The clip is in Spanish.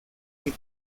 que